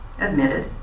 Admitted